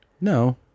No